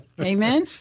Amen